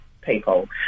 people